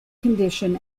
condition